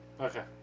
Okay